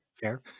Fair